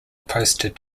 posted